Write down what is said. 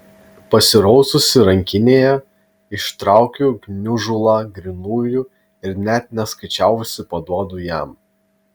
pasiraususi rankinėje ištraukiu gniužulą grynųjų ir net neskaičiavusi paduodu jam